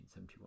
1971